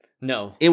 No